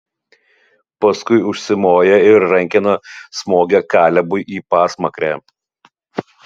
paskui užsimoja ir rankena smogia kalebui į pasmakrę